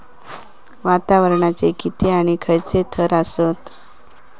वातावरणाचे किती आणि खैयचे थर आसत?